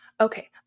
okay